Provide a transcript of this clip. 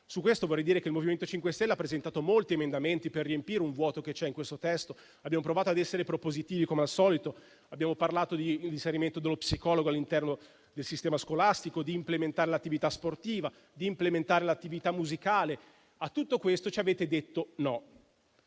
Su questo vorrei dire che il MoVimento 5 Stelle ha presentato molti emendamenti per riempire il vuoto che c'è in questo testo. Abbiamo provato ad essere propositivi come al solito, abbiamo parlato di inserimento dello psicologo all'interno del sistema scolastico, di implementare l'attività sportiva, di implementare l'attività musicale. A tutto questo avete detto no.